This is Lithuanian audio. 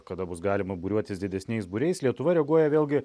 kada bus galima būriuotis didesniais būriais lietuva reaguoja vėlgi